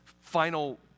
final